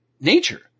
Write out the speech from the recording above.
nature